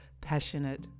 passionate